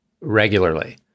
regularly